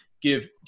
give